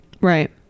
Right